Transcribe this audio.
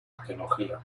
arqueología